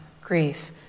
grief